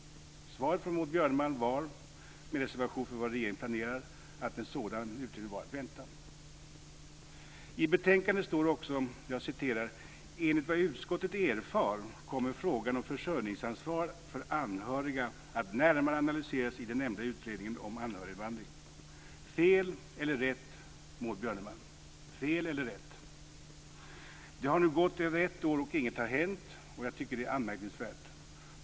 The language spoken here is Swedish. Svaret från Maud Björnemalm var, med reservation för vad regeringen planerar, att en sådan utredning var att vänta. I betänkandet står det också: "Enligt vad utskottet erfarit kommer frågan om försörjningsansvar för anhöriga att närmare analyseras i den nämnda utredningen om anhöriginvandringen." Är det fel eller rätt, Det har nu gått över ett år, och inget har hänt, och jag tycker att det är anmärkningsvärt.